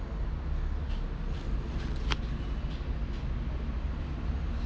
!whoa!